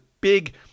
big